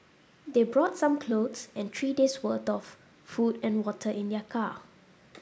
they brought some clothes and three days' worth of food and water in their car